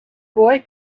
boy